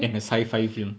and a sci-fi film